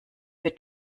wird